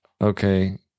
okay